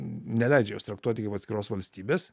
neleidžia jos traktuoti kaip atskiros valstybės